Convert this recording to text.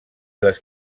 les